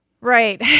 Right